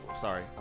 sorry